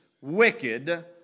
wicked